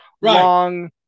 long